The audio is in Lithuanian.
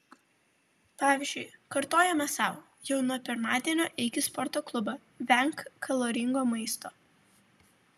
pavyzdžiui kartojame sau jau nuo pirmadienio eik į sporto klubą venk kaloringo maisto